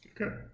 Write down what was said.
Okay